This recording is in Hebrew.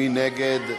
מי נגד?